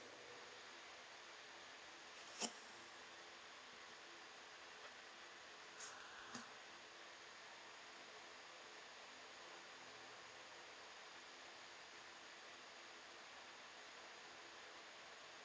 okay